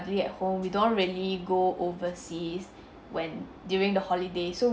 ~derly at home we don't really go overseas when during the holiday so